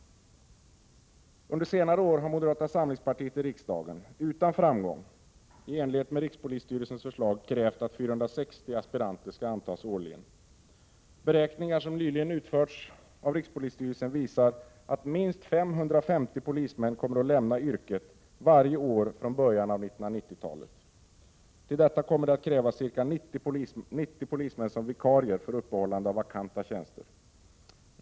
Under senare år har moderata samlingspartiet i riksdagen — utan framsteg — i enlighet med rikspolisstyrelsens förslag krävt att 460 aspiranter årligen skall antas. Beräkningar som nyligen har utförts av rikspolisstyrelsen visar att minst 550 polismän kommer att lämna yrket varje år från början av 1990-talet. Till detta kommer att det krävs ca 90 polismän som vikarier för uppehållande av vakanta tjänster.